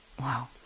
Wow